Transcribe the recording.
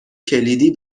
کلیدی